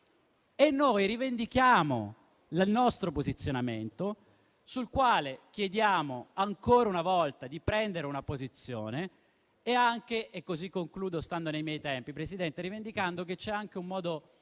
e noi rivendichiamo il nostro posizionamento, sul quale chiediamo ancora una volta di esprimere un giudizio e anche - così concludo stando nei miei tempi, Presidente - rivendicando che c'è un modo